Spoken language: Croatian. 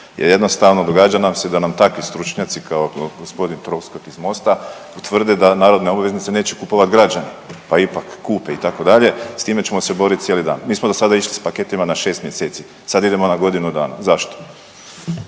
jer jednostavno događa nam se da nam takvi stručnjaci kao gospodin Troskot iz MOST-a tvrde da narodne obveznice neće kupovati građani. Pa ipak kupe itd., s time ćemo se borit cijeli dan. Mi smo dosada išli s paketima na 6 mjeseci, sad idemo na godinu dana. Zašto?